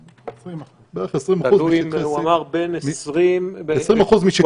20%. בערך 20% משטחי C. הוא אמר בין 30% ל-40%.